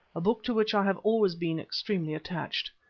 a book to which i have always been extremely attached.